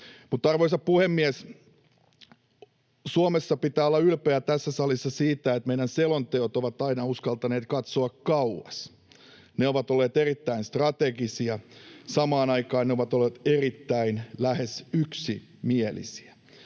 Mutta, arvoisa puhemies! Suomessa, tässä salissa pitää olla ylpeä siitä, että meidän selontekomme ovat aina uskaltaneet katsoa kauas. Ne ovat olleet erittäin strategisia, samaan aikaan ne ovat olleet lähes yksimielisiä.